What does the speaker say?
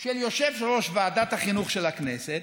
של יושב-ראש ועדת החינוך של הכנסת,